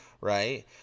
Right